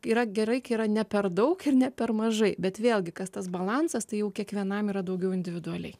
yra gerai kai yra ne per daug ir ne per mažai bet vėlgi kas tas balansas tai jau kiekvienam yra daugiau individualiai